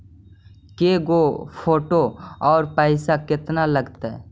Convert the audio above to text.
के गो फोटो औ पैसा केतना लगतै?